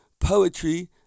poetry